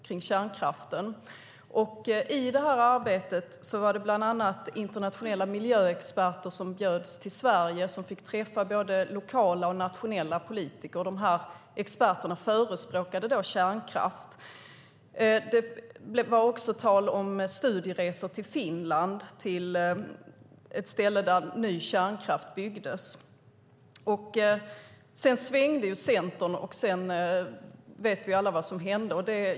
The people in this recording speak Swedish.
Bland annat bjöds internationella miljöexperter till Sverige för att träffa både lokala och nationella politiker, och dessa experter förespråkade då kärnkraft. Det var också tal om studieresor till ett ställe i Finland där ny kärnkraft byggdes. Sedan svängde Centern, och sedan vet vi alla vad som hände.